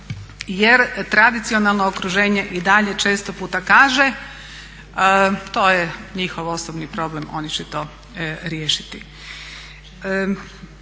jer tradicionalno okruženje i dalje često puta kaže to je njihov osobni problem, oni će to riješiti.